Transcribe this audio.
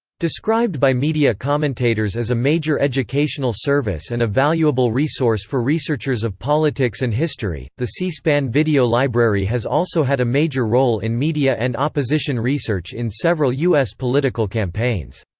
described by media commentators as a major educational service and a valuable resource for researchers of politics and history, the c-span video library has also had a major role in media and opposition research in several u s. political campaigns.